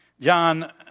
john